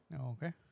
Okay